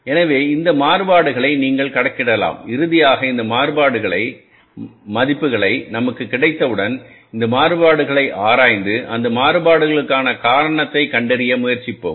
எனவே இந்த மாறுபாடுகளை நீங்கள் கணக்கிடலாம் இறுதியாக இந்த மாறுபாடுகளின் மதிப்புகளை நமக்கு கிடைத்த உடன் இந்த மாறுபாடுகளை ஆராய்ந்து அந்த மாறுபாடுகளுக்கான காரணத்தைக் கண்டறிய முயற்சிப்போம்